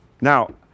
Now